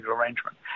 arrangement